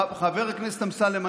חבר הכנסת אמסלם,